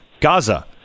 Gaza